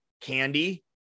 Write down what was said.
candy